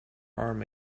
arm